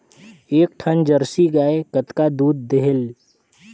एक ठन जरसी गाय कतका दूध देहेल?